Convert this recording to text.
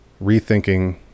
rethinking